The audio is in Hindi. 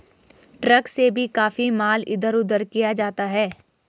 ट्रक से भी काफी माल इधर उधर किया जाता है